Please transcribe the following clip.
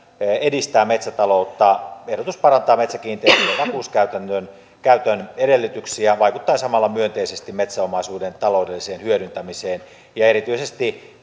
edistää metsätaloutta ehdotus parantaa metsäkiinteistön vakuuskäytön edellytyksiä vaikuttaen samalla myönteisesti metsäomaisuuden taloudelliseen hyödyntämiseen ja erityisesti